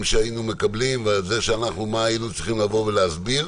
שהיינו מקבלים ומה היינו צריכים לבוא ולהסביר.